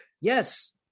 Yes